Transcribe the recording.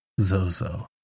Zozo